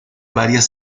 varias